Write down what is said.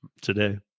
Today